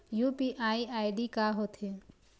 UPI ID का होथे?